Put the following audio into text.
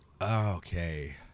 okay